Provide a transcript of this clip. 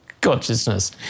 consciousness